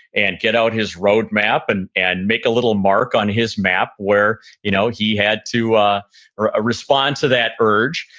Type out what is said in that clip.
and get out his road map, and and make a little mark on his map where you know he had to ah ah respond to that urge.